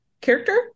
character